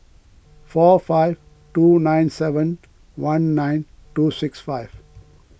four five two nine seven one nine two six five